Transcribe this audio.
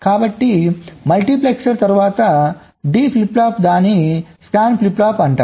కాబట్టి మల్టీప్లెక్సర్ తరువాత D flip flop దానిని స్కాన్ ఫ్లిప్ ఫ్లాప్ అంటారు